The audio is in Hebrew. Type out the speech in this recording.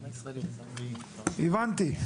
הבנתי.